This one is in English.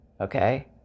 Okay